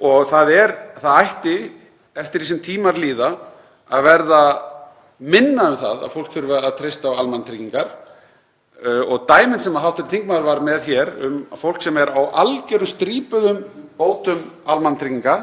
Það ætti, eftir því sem tímar líða, að verða minna um það að fólk þurfi að treysta á almannatryggingar. Dæmin sem hv. þingmaður var með hér um fólk sem er á algerum strípuðum bótum almannatrygginga,